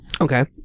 Okay